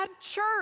church